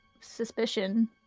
suspicion